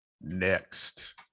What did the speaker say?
Next